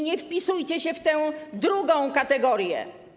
Nie wpisujcie się w tę drugą kategorię.